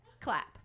Clap